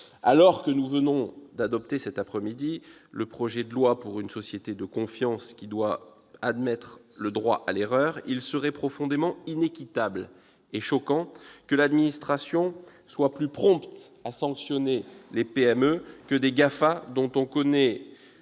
Alors que nous venons d'adopter cet après-midi le projet de loi pour un État au service d'une société de confiance qui admet le droit à l'erreur, il serait profondément inéquitable et choquant que l'administration soit plus prompte à sanctionner des PME que les GAFA, dont on connaît